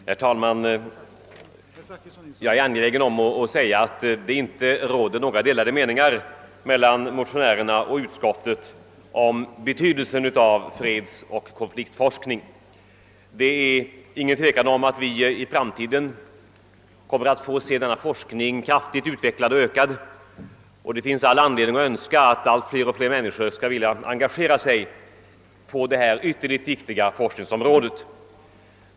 Herr talman! Jag är angelägen om att säga att det inte råder några delade meningar mellan motionärerna och utskottet om betydelsen av fredsoch konfliktforskningen. Det är inget tvivel om att vi i framtiden kommer att få se denna forskning kraftigt utvecklad och utökad, och det finns anledning att önska att allt fler människor skall engagera sig på detta utomordentligt viktiga forskningsområde.